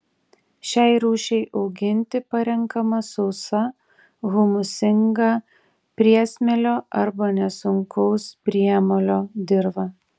šiai rūšiai auginti parenkama sausa humusingą priesmėlio arba nesunkaus priemolio dirva